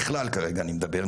בכלל כרגע אני מדבר,